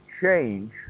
change